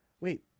wait